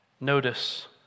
Notice